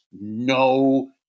no